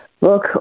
look